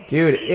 Dude